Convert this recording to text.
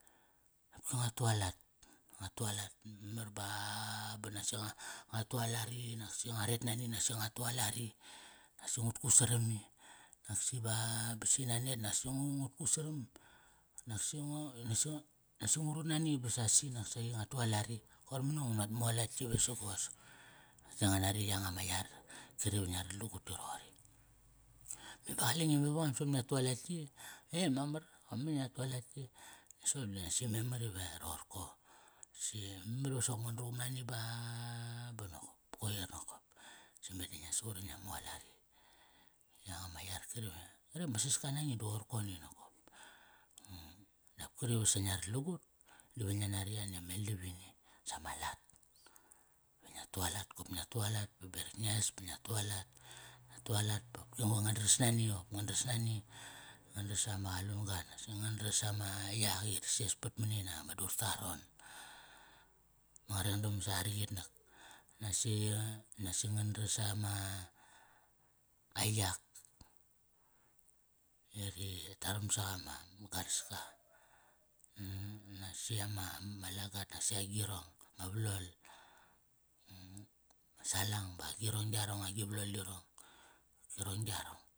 Qopki nga tualat, nga tualat, memar ba banasi, nga, nga tualat i naksi nga ret nani naksi nga tualat i. Naksi ngut kut saram i, naksi ba, ba si nanet ngu, ngut kut saram naksi ngo, nasi ngu rut nani ba sasi naksaqi nga tualat i. Koir nani va ngu nat mualat yi vesagos. Da nga nari yanga ma yar kari va ngia rat lagut di roqori. Me ba qale nge mevangam soqop ngia tu alat yi, e mamar, qop memar i ngia tualat yi. Soqop di nasi memar iva roqorko si memar iva soqop ngan ruqum nani ba nokop koir nokop. Si meda ngia suqut i ngia mualat i, yanga ma yar kari ve, kari va ma saska nange da qoir koni nokop. Dap kari vesa ngia rat lagut diva ngi nari yani ameldavini. Samalat, va ngia tualat, kop ngia tualat va berak ngia es. Ba ngia tualat, ngia tualat bopk va ngan dras nani, qop ngan dras nani. Ngan dras ama qalun-ga, nasi ngan dras ama yak i ri sespat manina, ma dur ta aron. Ma ngarendam sa aritk itnak. Siqi, nasi ngan dras ama, ai yak i ri tarvam saqa ma garaska, nasi ama, ma lagat nasi agirong, ma valol, ma salang ba agirong yarong agi valol irong. Qarkirong yarong.